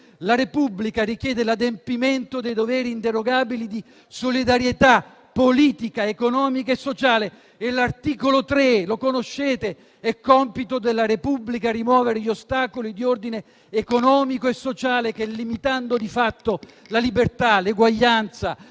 la Repubblica «richiede l'adempimento dei doveri inderogabili di solidarietà politica, economica e sociale»; l'articolo 3, che conoscete, per il qualeè compito della Repubblica rimuovere gli ostacoli di ordine economico e sociale, che, limitando di fatto la libertà, l'eguaglianza,